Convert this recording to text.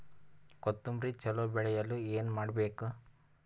ಕೊತೊಂಬ್ರಿ ಚಲೋ ಬೆಳೆಯಲು ಏನ್ ಮಾಡ್ಬೇಕು?